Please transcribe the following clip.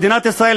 מדינת ישראל,